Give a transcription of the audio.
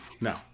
No